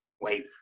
wait